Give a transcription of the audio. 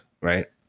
Right